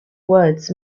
words